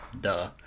Duh